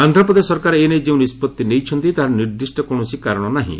ଆନ୍ଧ୍ରପ୍ରଦେଶ ସରକାର ଏନେଇ ଯେଉଁ ନିଷ୍ପଭି ନେଇଛନ୍ତି ତାହାର ନିର୍ଦ୍ଦିଷ୍ଟ କୌଣସି କାରଣ ନାହିଁ